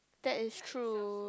that is true